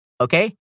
Okay